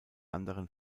anderen